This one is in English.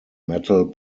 metal